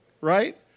right